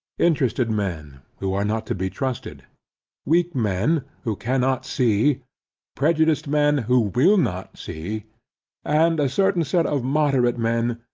interested men, who are not to be trusted weak men, who cannot see prejudiced men, who will not see and a certain set of moderate men,